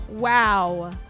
Wow